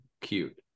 cute